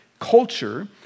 culture